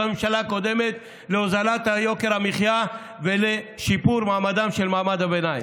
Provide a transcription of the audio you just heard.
הממשלה הקודמת להוזלת יוקר המחיה ולשיפור מעמדם של מעמד הביניים.